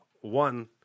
One